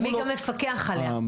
וגם מי מפקח עליה.